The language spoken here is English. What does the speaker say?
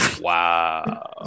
Wow